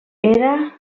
era